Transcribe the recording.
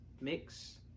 mix